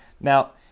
Now